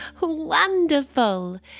Wonderful